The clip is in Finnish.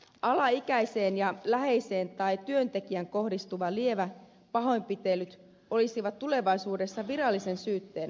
alaikäiseen ja läheiseen tai työntekijään kohdistuvat lievät pahoinpitelyt olisivat tulevaisuudessa virallisen syytteen alaisia